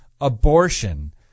abortion